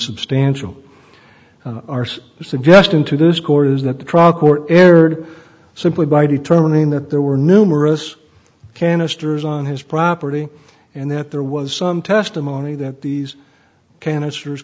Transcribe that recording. substantial arse suggesting to this court is that the trial court erred simply by determining that there were numerous canisters on his property and that there was some testimony that these canisters